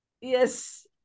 Yes